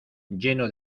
lleno